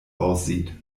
aussieht